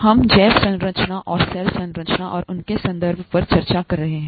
हम जैव संरचना और सेल संरचना और उनके संबंध पर चर्चा कर रहे हैं